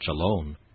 alone